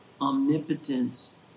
omnipotence